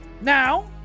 Now